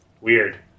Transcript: Weird